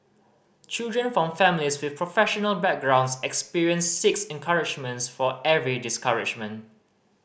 children from families with professional backgrounds experienced six encouragements for every discouragement